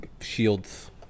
shields